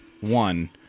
one